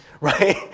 Right